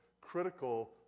critical